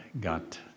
got